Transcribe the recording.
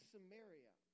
Samaria